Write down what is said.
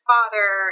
Father